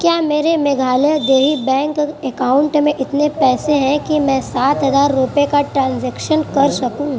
کیا میرے میگھالیہ دیہی بینک اکاؤنٹ میں اتنے پیسے ہیں کہ میں سات ہزار روپئے کا ٹرانزیکشن کر سکوں